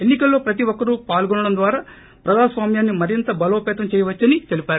ఎన్ని కల్లో ప్రతి ఒక్కరూ పాల్గొనడం ద్వారా ప్రజాస్వామ్యాన్ని మరింత బలోపీతం చేయవచ్చని తెలిపారు